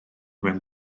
mewn